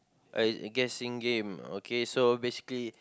a guessing game okay so basically